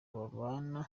babana